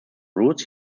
roots